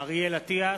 אריאל אטיאס,